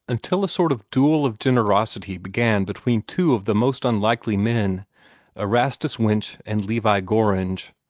until a sort of duel of generosity began between two of the most unlikely men erastus winch and levi gorringe.